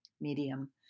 medium